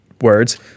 words